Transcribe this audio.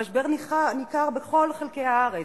המשבר ניכר בכל חלקי הארץ,